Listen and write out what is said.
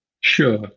Sure